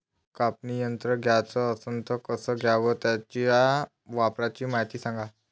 कापनी यंत्र घ्याचं असन त कस घ्याव? त्याच्या वापराची मायती सांगा